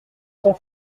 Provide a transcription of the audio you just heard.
sont